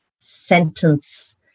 sentence